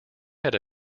had